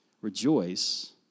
rejoice